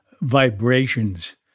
vibrations